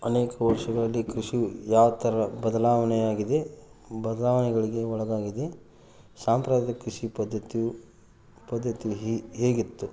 ಅನೇಕ ವರ್ಷಗಳಲ್ಲಿ ಕೃಷಿ ಯಾವ ಥರ ಬದಲಾವಣೆಯಾಗಿದೆ ಬದಲಾವಣೆಗಳಿಗೆ ಒಳಗಾಗಿದೆ ಸಾಂಪ್ರದಾಯಕ ಕೃಷಿ ಪದ್ದತಿಯು ಪದ್ಧತಿ ಹಿ ಹೇಗಿತ್ತು